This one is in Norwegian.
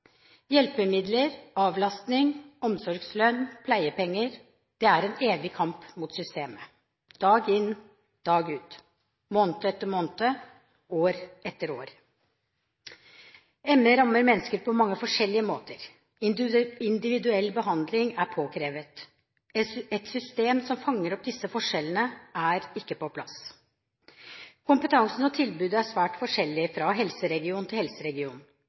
Hjelpemidler, avlastning, omsorgslønn og pleiepenger – det er en evig kamp mot systemet, dag inn og dag ut, måned etter måned, år etter år. ME rammer mennesker på mange forskjellige måter. Individuell behandling er påkrevet. Et system som fanger opp disse forskjellene, er ikke på plass. Kompetansen og tilbudet er svært forskjellig fra helseregion til